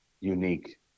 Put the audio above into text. unique